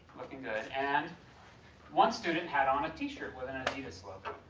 looking good, and one student had on a t-shirt with an adidas logo.